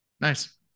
Nice